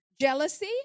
jealousy